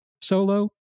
solo